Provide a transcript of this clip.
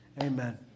Amen